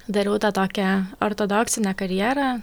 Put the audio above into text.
dariau tą tokią ortodoksinę karjerą